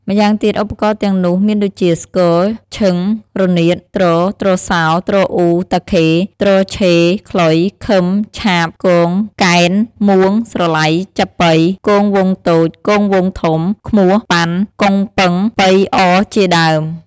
ម្យ៉ាងទៀតឧបករណ៏ទាំងនោះមានដូចជា ស្គរ ឈឹង រនាត ទ្រ ទ្រសោ ទ្រអ៊ូ តាខេ ទ្រឆេ ខ្លុយ ឃឹម ឆាប គង គែន មួង ស្រឡៃ ចាប៉ី គងវង្សតូច គងវង្សធំ ឃ្មោះ ប៉ាន់ កុងប៉ឹង ប៉ីអជាដើម។